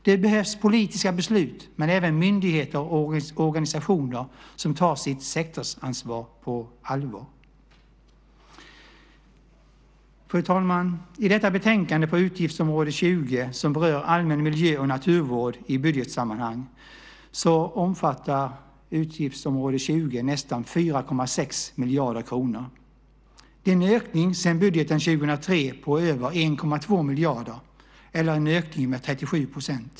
Det behövs politiska beslut, men även myndigheter och organisationer som tar sitt sektorsansvar på allvar. Fru talman! I detta betänkande på utgiftsområde 20 som berör allmän miljö och naturvård i budgetsammanhang omfattar utgiftsområde 20 nästan 4,6 miljarder kronor. Det är en ökning sedan budgeten 2003 på över 1,2 miljarder, eller en ökning med 37 %.